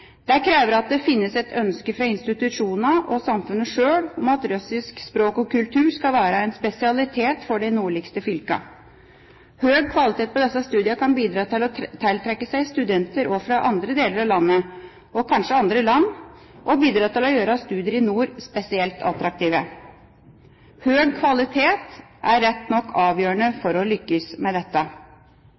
Det krever at det finnes et ønske fra institusjonene og samfunnet sjøl om at russisk språk og kultur skal være en spesialitet for de nordligste fylkene. Høg kvalitet på disse studiene kan bidra til å tiltrekke seg studenter også fra andre deler av landet, og kanskje også fra andre land, og bidra til å gjøre studier i nord spesielt attraktive. Høg kvalitet er rett nok avgjørende for å lykkes med dette.